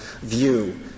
view